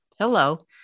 Hello